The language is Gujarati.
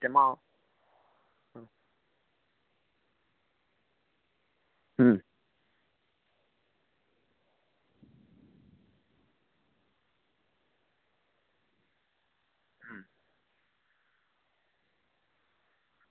તેમાં હુમ